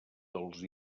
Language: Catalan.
dels